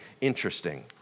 interesting